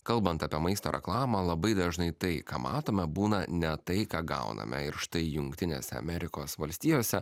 kalbant apie maisto reklamą labai dažnai tai ką matome būna ne tai ką gauname ir štai jungtinėse amerikos valstijose